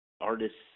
artists